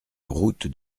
route